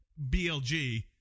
BLG